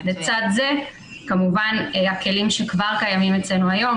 לצד זה כמובן הכלים שכבר קיימים אצלנו היום,